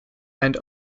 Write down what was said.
and